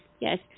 Yes